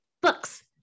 Books